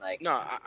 No